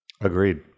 Agreed